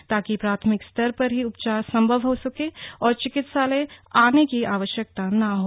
ताकि प्राथमिक स्तर पर ही उपचार संभव हो सके और चिकित्सालय आने की आवश्यकता न हो